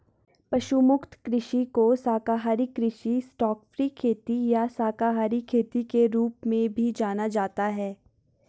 पशु मुक्त कृषि को शाकाहारी कृषि स्टॉकफ्री खेती या शाकाहारी खेती के रूप में भी जाना जाता है